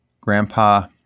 grandpa